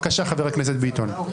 בבקשה, חבר הכנסת ביטון.